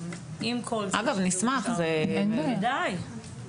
אגב, נשמח, אין בעיה.